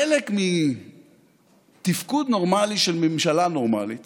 חלק מתפקוד נורמלי של ממשלה נורמלית